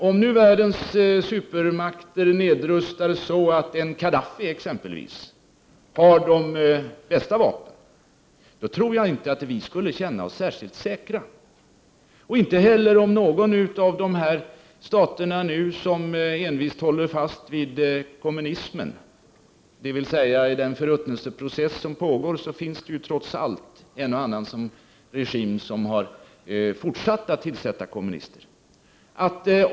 Om världens supermakter nedrustar så mycket att exempelvis en Khadaffi har de bästa vapnen, då tror jag inte vi skulle känna oss särskilt säkra. Inte heller skulle vi göra det om det gäller någon av de stater som nu envist håller fast vid kommunismen —i den förruttnelseprocess som pågår finns trots allt en och annan regim som har fortsatt att tillsätta kommunister.